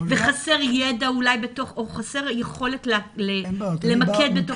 אולי חסר ידע או יכולת למקד בתוך המשרדים.